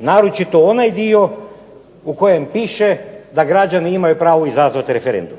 naročito onaj dio u kojem piše da građani imaju pravo izazvati referendum.